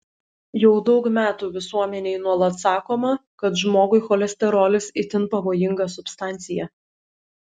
jau daug metų visuomenei nuolat sakoma kad žmogui cholesterolis itin pavojinga substancija